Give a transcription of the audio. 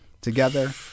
together